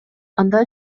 анда